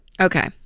Okay